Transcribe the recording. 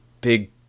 big